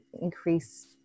increase